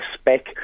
spec